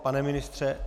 Pane ministře?